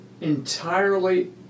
entirely